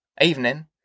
Evening